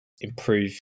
improve